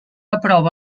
aprova